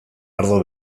ardo